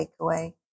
takeaway